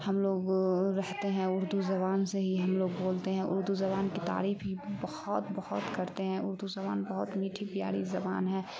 ہم لوگ رہتے ہیں اردو زبان سے ہی ہم لوگ بولتے ہیں اردو زبان کی تعریف ہی بہت بہت کرتے ہیں اردو زبان بہت میٹھی پیاری زبان ہے